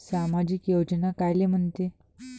सामाजिक योजना कायले म्हंते?